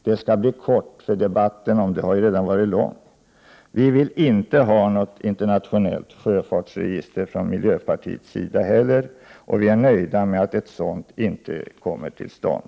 Det skall bli kort, för debatten om det har redan varit lång. Vi vill inte ha något internationellt sjöfartsregister från miljöpartiets sida heller, och vi är nöjda med att ett sådant inte kommer till stånd.